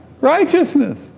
Righteousness